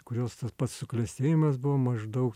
kurios tas pats suklestėjimas buvo maždaug